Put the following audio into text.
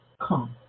come